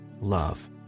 love